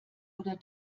oder